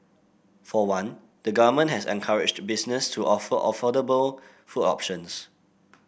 for one the Government has encouraged businesses to offer affordable food options